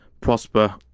prosper